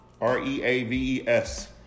R-E-A-V-E-S